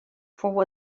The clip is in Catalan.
fou